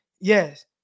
Yes